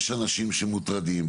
יש אנשים שמוטרדים,